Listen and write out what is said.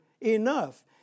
enough